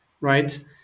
right